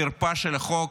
חרפה של החוק.